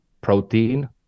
protein